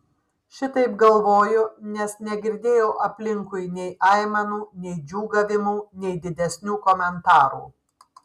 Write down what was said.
šitaip galvoju nes negirdėjau aplinkui nei aimanų nei džiūgavimų nei didesnių komentarų